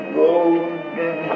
golden